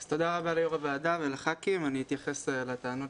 אני מתנצל על האיחור הקטן.